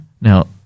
Now